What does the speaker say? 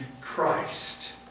Christ